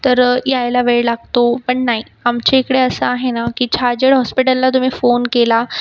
तर यायला वेळ लागतो पण नाहीे आमच्या इकडे असं आहे ना की छाजेड हॉस्पिटलला तुम्ही फोन केला